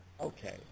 Okay